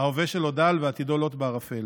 ההווה שלו דל ועתידו לוט בערפל.